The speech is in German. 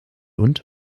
und